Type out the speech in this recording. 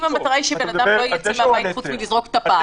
אם המטרה היא שבן אדם לא יצא מהבית חוץ מלזרוק את הפח